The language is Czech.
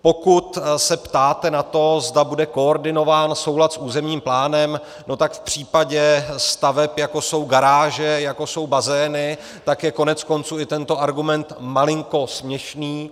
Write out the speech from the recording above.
Pokud se ptáte na to, zda bude koordinován soulad s územním plánem, tak v případě staveb, jako jsou garáže, jako jsou bazény, je koneckonců i tento argument malinko směšný.